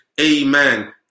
amen